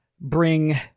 bring